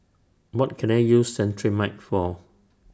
What Can I use Cetrimide For